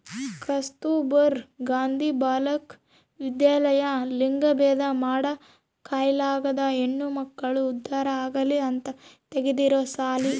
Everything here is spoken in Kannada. ಕಸ್ತುರ್ಭ ಗಾಂಧಿ ಬಾಲಿಕ ವಿದ್ಯಾಲಯ ಲಿಂಗಭೇದ ಮಾಡ ಕಾಲ್ದಾಗ ಹೆಣ್ಮಕ್ಳು ಉದ್ದಾರ ಆಗಲಿ ಅಂತ ತೆಗ್ದಿರೊ ಸಾಲಿ